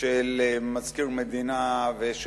של מזכיר מדינה פה.